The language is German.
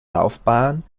laufbahn